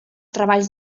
treballs